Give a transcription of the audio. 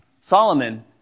Solomon